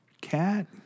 Cat